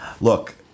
Look